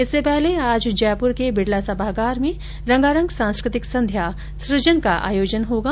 इससे पहले आज जयप्र के बिड़ला सभागार में रंगारंग सांस्कृतिक संध्या सृजन का आयोजन किया जाएगा